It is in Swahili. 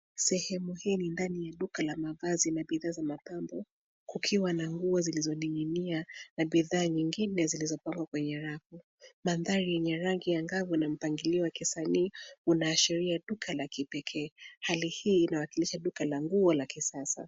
Sehemu hii ni ndani ya duka la mavazi na bidhaa za mapambo, kukiwa na nguo zilizoning'inia na bidhaa nyingine zilizopangwa kwenye rafu. Mandhari yenye rangi angavu na mpangilio wa kisanii unaashiria duka la kipekee. Hali hii inawakilisha duka la nguo la kisasa.